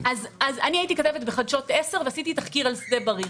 עשיתי תחקיר על שדה בריר.